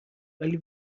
ولی